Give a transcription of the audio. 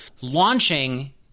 Launching